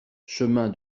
chemin